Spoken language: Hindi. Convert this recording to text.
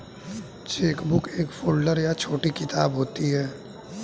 चेकबुक एक फ़ोल्डर या छोटी किताब होती है